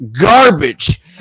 garbage